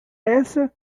essa